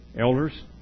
elders